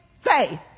faith